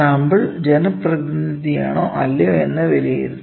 sample പ്രതിനിധിയാണോ അല്ലയോ എന്ന് വിലയിരുത്തുക